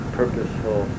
purposeful